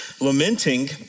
lamenting